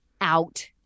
out